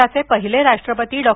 देशाचे पहिले राष्ट्रपती डॉ